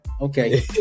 okay